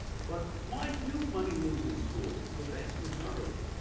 but why do money-losing schools, the vast majority,